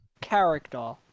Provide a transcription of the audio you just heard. character